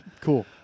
Cool